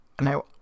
Now